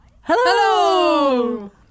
Hello